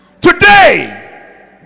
Today